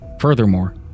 Furthermore